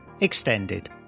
extended